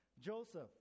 Joseph